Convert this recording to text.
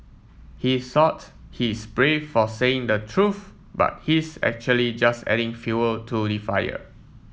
he thought he's brave for saying the truth but he's actually just adding fuel to the fire